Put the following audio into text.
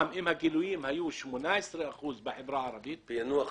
אתה מדבר על פענוח.